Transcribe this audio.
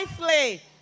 nicely